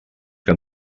que